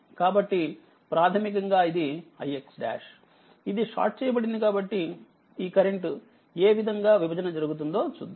కాబట్టిప్రాథమికంగా ఇదిix| ఇది షార్ట్ చేయబడింది కాబట్టిఈ కరెంట్ ఏ విధంగా విభజన జరుగుతుందో చూద్దాం